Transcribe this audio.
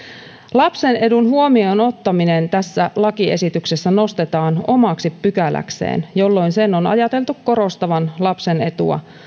lapsen edun huomioon ottaminen tässä lakiesityksessä nostetaan omaksi pykäläkseen jolloin sen on ajateltu korostavan lapsen etua